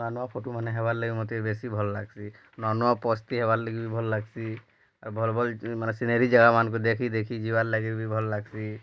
ନୂଆ ନୂଆ ଫଟୁମାନେ ହେବାର୍ ଲାଗି ମୋତେ ବେଶୀ ଭଲ୍ ଲାଗ୍ସି ନୂଆ ନୂଆ ପୋଜ୍ ତି ହେବାର୍ ଲାଗି ବି ଭଲ୍ ଲାଗ୍ସି ଆଉ ଭଲ୍ ଭଲ୍ ମାନେ ସିନେରୀ ଜାଗା ମାନକୁ ଦେଖି ଦେଖି ଯିବାର୍ ଲାଗି ବି ଭଲ୍ ଲାଗ୍ସି